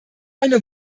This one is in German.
eine